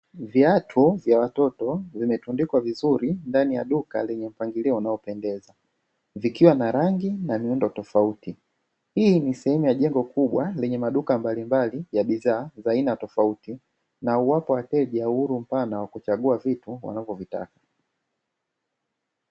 Viatu vya watoto vimetundikwa vizuri ndani ya duka Lenye mpangilio unaopendeza, vikiwa na rangi na miundo tofauti, hii ni sehemu ya jengo kubwa lenye maduka mbalimbali ya bidhaa za aina tofauti na huwapa wateje uhuru mpana wa kuchagua vitu wanavyovitaka.